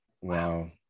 Wow